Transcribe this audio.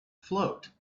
float